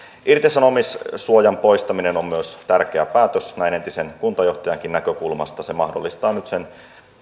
irtisanomissuojan poistaminen on tärkeä päätös näin entisen kuntajohtajankin näkökulmasta se mahdollistaa nyt